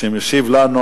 שהוא משיב לנו